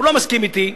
הוא לא מסכים אתי.